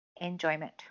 enjoyment